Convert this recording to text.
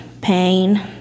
pain